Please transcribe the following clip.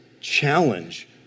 challenge